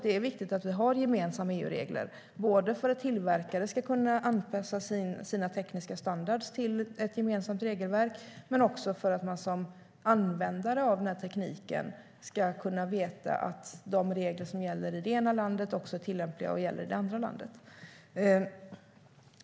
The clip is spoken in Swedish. Det är viktigt att vi har gemensamma EU-regler så att tillverkare kan anpassa sina tekniska standarder till ett gemensamt regelverk och så att användare av tekniken kan veta att regler som gäller i ett land också är tillämpliga och gäller i det andra landet.